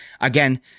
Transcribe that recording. again